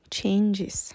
changes